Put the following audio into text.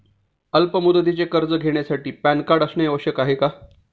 अल्प मुदतीचे कर्ज घेण्यासाठी पॅन कार्ड असणे आवश्यक आहे का?